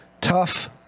tough